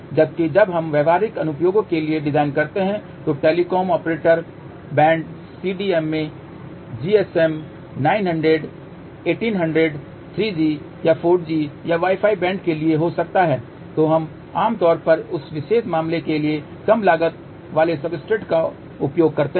जबकि जब हम व्यावसायिक अनुप्रयोग के लिए डिज़ाइन करते हैं जो टेलीकॉम ऑपरेटर बैंड CDMAGSM90018003G या 4G या वाई फाई बैंड के लिए हो सकता है तो हम आम तौर पर उस विशेष मामले के लिए कम लागत वाले सब्सट्रेट का उपयोग करते हैं